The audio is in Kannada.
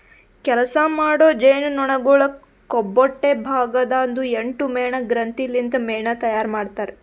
ಕೆಲಸ ಮಾಡೋ ಜೇನುನೊಣಗೊಳ್ ಕೊಬ್ಬೊಟ್ಟೆ ಭಾಗ ದಾಂದು ಎಂಟು ಮೇಣ ಗ್ರಂಥಿ ಲಿಂತ್ ಮೇಣ ತೈಯಾರ್ ಮಾಡ್ತಾರ್